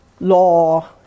law